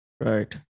Right